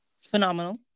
Phenomenal